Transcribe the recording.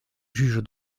juge